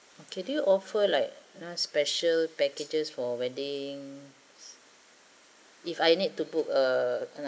okay do you offer like ha special packages for wedding if I need to book uh